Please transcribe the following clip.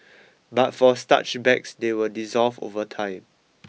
but for starch bags they will dissolve over time